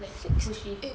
like full shift eh